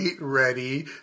ready